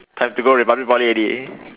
time to go republic Poly already